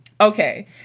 Okay